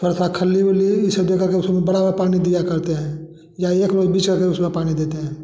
थोड़ा सा खल्ली उल्ली जैसे देकर उसमें बराबर पानी दिया करते हैं या एक में बीच करके उसमें पानी देते हैं